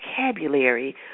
vocabulary